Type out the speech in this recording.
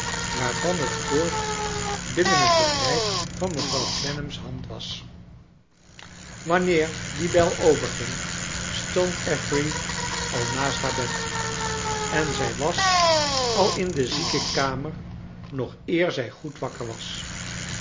waarvan het koord binnen het bereik van mevrouw clennarn's hand was wanneer die bel overging stond affery al naast haar bed en zij was al in de ziekenkamer nog eer zij goed wakker was